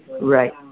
right